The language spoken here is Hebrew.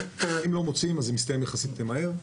אם לא מוצאים, זה מסתיים יחסית מהר.